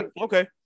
Okay